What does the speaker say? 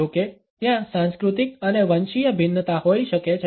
જો કે ત્યાં સાંસ્કૃતિક અને વંશીય ભિન્નતા હોઈ શકે છે